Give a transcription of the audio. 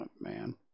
man